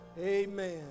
Amen